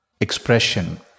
expression